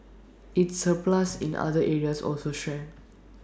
its surplus in other areas also shrank